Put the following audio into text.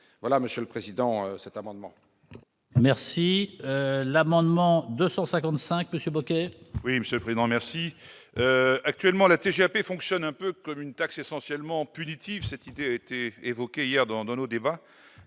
voilà Monsieur le Président, cet amendement. Merci l'amendement 255 Monsieur Bocquet. Oui, Monsieur le Président merci actuellement la TGAP fonctionne un peu comme une taxe essentiellement punitive, cette idée a été évoquée hier dans nos débats